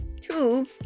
two